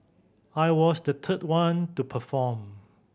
I was the third one to perform